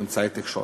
אמצעי תקשורת.